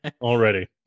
already